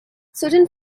certain